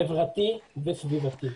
חברתי וסביבתי.